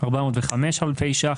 אלפי ש"ח